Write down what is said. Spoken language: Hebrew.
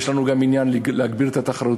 יש לנו גם עניין להגביר את התחרותיות,